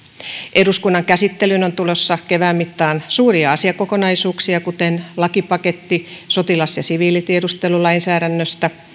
eduskunnan käsittelyyn on tulossa kevään mittaan suuria asiakokonaisuuksia kuten lakipaketti sotilas ja siviilitiedustelulainsäädäännöstä